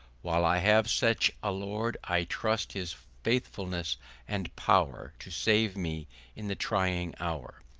while i have such a lord. i trust his faithfulness and power, to save me in the trying hour.